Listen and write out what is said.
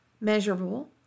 Measurable